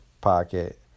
pocket